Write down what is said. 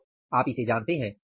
तो आप इसे जानते हैं